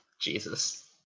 Jesus